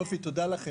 תודה.